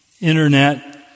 Internet